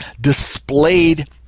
displayed